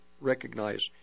recognize